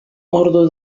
ordu